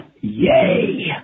Yay